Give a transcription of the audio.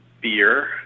beer